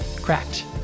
cracked